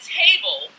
table